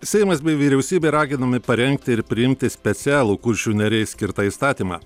seimas bei vyriausybė raginami parengti ir priimti specialų kuršių nerijai skirtą įstatymą